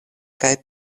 kaj